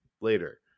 later